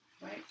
Right